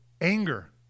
anger